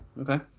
Okay